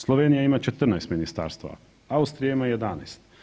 Slovenija ima 14 ministarstava, Austrija ima 11.